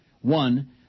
One